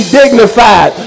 dignified